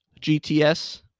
GTS